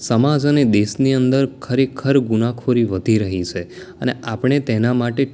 સમાજ અને દેશની અંદર ખરેખર ગુનાખોરી વધી રહી છે અને આપણે તેના માટે